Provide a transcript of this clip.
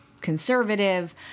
conservative